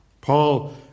Paul